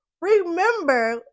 remember